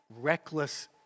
reckless